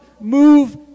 move